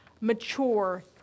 mature